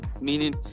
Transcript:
meaning